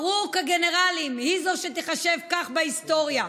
בארוק הגנרלים היא תיחשב כך בהיסטוריה.